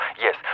yes